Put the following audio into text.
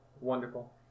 Wonderful